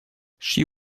she